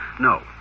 No